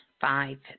five